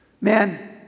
man